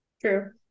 True